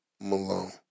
Malone